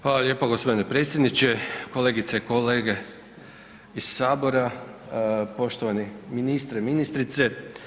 Hvala lijepo g. predsjedniče, kolegice i kolege iz sabora, poštovani ministre i ministrice.